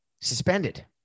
suspended